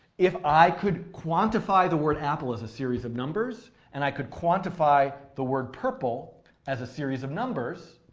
if i could quantify the word apple as a series of numbers and i could quantify the word purple as a series of numbers,